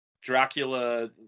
Dracula